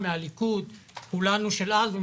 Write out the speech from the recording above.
אז אני